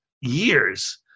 years